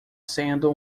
sendo